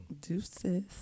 Deuces